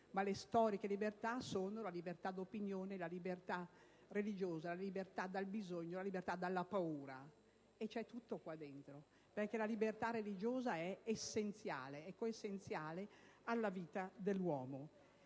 Ma le storiche libertà sono la libertà d'opinione, religiosa, dal bisogno e dalla paura. C'è tutto qua dentro, perché la libertà religiosa è essenziale, coessenziale alla vita dell'uomo.